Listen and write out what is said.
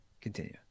continue